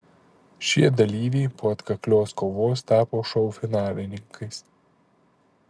šie dalyviai po atkaklios kovos tapo šou finalininkais